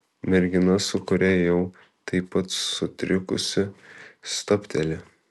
mergina su kuria ėjau taip pat sutrikusi stabteli